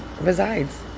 resides